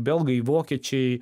belgai vokiečiai